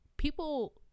People